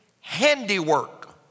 handiwork